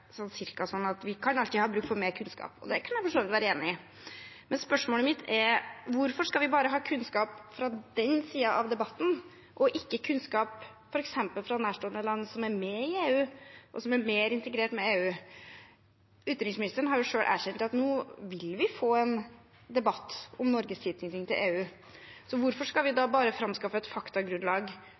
sånn cirka at man har alltid bruk for mer kunnskap. Det kan jeg for så vidt være enig i, men spørsmålet mitt er: Hvorfor skal vi bare få kunnskap fra den siden av debatten og ikke få kunnskap fra f.eks. nærstående land som er med i EU, og som er mer integrert i EU? Utenriksministeren har jo selv erkjent at nå vil vi få en debatt om Norges tilknytning til EU, så hvorfor skal vi da framskaffe et faktagrunnlag